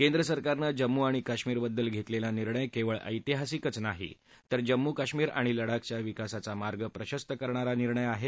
केंद्र सरकारनं जम्मू आणि काश्मीरबद्दल घेतलेला निर्णय केवळ ऐतिहासिकच नाही तर जम्मू काश्मीर आणि लडाखच्या विकासाचा मार्ग प्रशस्त करणारा निर्णय आहे